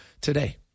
today